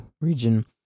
region